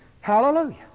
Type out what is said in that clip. Hallelujah